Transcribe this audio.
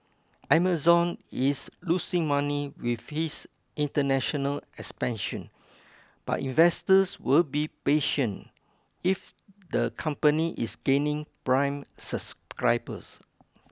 Amazon is losing money with its international expansion but investors will be patient if the company is gaining prime subscribers